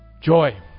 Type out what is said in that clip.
Joy